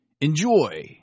enjoy